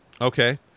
Okay